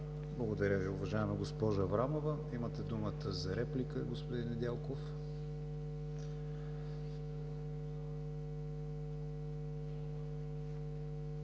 Благодаря Ви, уважаема госпожо Аврамова. Имате думата за реплика, господин Недялков.